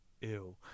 Ew